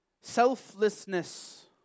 selflessness